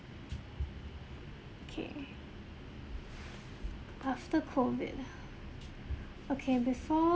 okay after COVID ah okay before